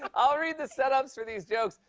i'll read the setups for these jokes,